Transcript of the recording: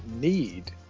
need